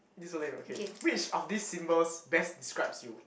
this so lame okay which of this symbols best describes you